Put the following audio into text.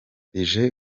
ije